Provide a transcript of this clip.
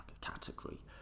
category